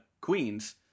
Queens